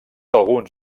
alguns